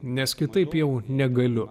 nes kitaip jau negaliu